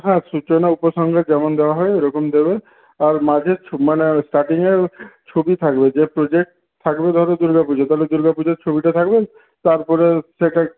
হ্যাঁ সূচনা উপসংহার যেমন দেওয়া হয় ওরকম দেবে আর মাঝে মানে ওই স্টার্টিংয়ে ছবি থাকবে যে প্রজেক্ট থাকবে ধরো দুর্গাপুজো তাহলে দুর্গাপুজোর ছবিটা থাকবে তার পরে সেটা